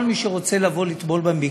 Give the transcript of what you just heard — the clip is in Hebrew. כל מי שרוצה לבוא, לטבול במקווה,